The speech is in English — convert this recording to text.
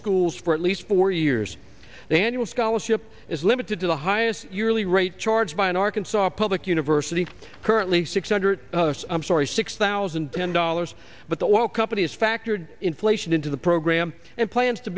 schools for at least four years the annual scholarship is limited to the highest yearly rate charged by an arkansas public university currently six hundred i'm sorry six thousand and ten dollars but the oil companies factored inflation into the program and plans to